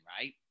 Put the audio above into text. right